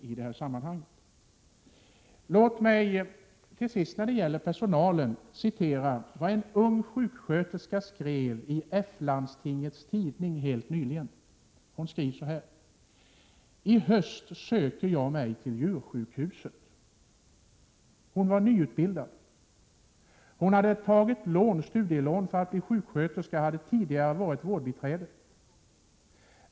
När det gäller personalen vill jag till sist citera vad en ung sjuksköterska skrev i F-landstingets tidning helt nyligen: ”I höst söker jag mig till djursjukhuset.” Hon var nyutbildad, efter att tidigare ha varit vårdbiträde och tagit studielån för att bli sjuksköterska.